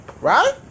right